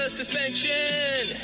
suspension